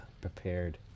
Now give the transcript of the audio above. prepared